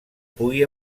pugui